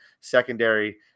secondary